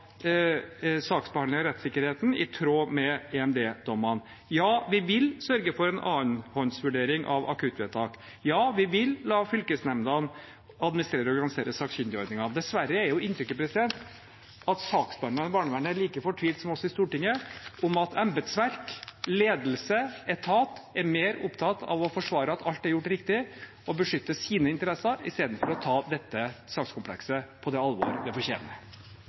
rettssikkerheten i tråd med EMD-dommene, ja, vi vil sørge for en annenhåndsvurdering av akuttvedtak, ja, vi vil la fylkesnemndene administrere og organisere sakkyndigordningene. Dessverre er inntrykket at saksbehandlerne i barnevernet er like fortvilte som oss i Stortinget over at embetsverk, ledelse og etat er mer opptatt av å forsvare at alt er gjort riktig og beskytte sine interesser enn av å ta dette sakskomplekset på det alvoret det fortjener.